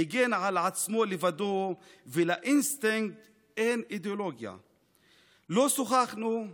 / הגן על עצמו לבדו / ולאינסטינקט אין אידיאולוגיה // לא שוחחנו,